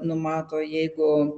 numato jeigu